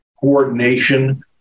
coordination